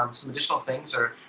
um some additional things are